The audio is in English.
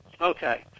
Okay